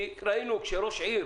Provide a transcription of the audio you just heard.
כי ראינו שכאשר ראש עיר